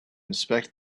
inspect